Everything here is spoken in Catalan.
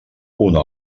una